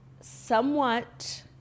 somewhat